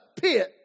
pit